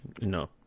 No